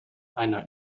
einer